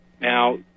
Now